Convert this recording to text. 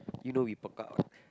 you know we out